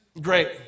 Great